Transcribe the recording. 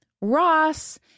Ross